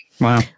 Wow